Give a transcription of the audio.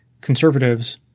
conservatives